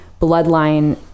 bloodline